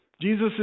Jesus